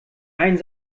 einen